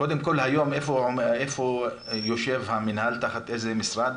קודם כל איפה יושב המינהל, תחת איזה משרד?